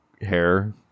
hair